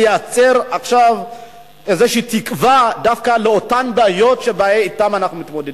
לייצר עכשיו איזו תקווה דווקא באותן בעיות שאתן אנחנו מתמודדים.